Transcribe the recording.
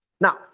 Now